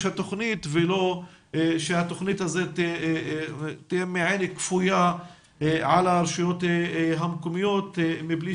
התוכנית ולא שהתוכנית הזאת תהיה מעין כפויה על הרשויות המקומיות מבלי